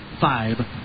five